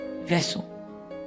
vessel